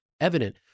evident